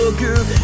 good